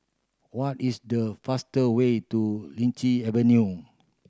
what is the faster way to Lichi Avenue